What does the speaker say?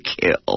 Kill